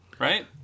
right